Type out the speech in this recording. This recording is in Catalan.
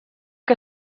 que